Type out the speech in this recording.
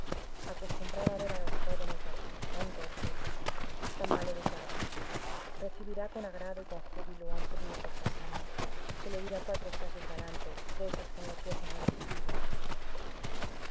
acostumbrada a ver a los jóvenes de aquí tan torpes tan mal educados recibirá con agrado y con júbilo a un primo cortesano que le dirá cuatro frases galantes de esas que enloquecen a las chiquillas